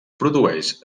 produeix